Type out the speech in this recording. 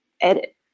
edit